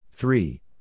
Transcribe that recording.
Three